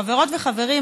חברות וחברים,